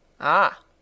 Ah